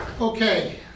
Okay